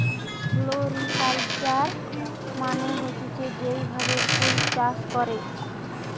floriculture মানে হতিছে যেই ভাবে ফুল চাষ করে